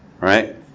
Right